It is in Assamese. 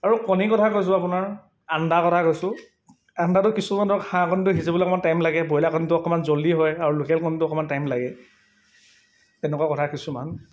আৰু কণীৰ কথা কৈছোঁ আপোনাৰ আন্দাৰ কথা কৈছোঁ আন্দাটো কিছুমান ধৰক হাঁহ কণীটো সিজিবলৈ অকণমান টাইম লাগে ব্ৰইলাৰ কণীটো অকণমান জল্ডি হয় আৰু লোকেল কণীটো অকণমান টাইম লাগে তেনেকুৱা কথা কিছুমান